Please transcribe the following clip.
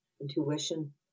intuition